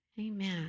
Amen